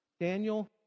Daniel